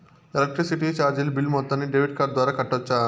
Electricity చార్జీలు bill మొత్తాన్ని debit card ద్వారా కట్టొచ్చా?